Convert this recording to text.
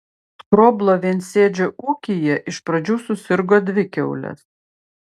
skroblo viensėdžio ūkyje iš pradžių susirgo dvi kiaulės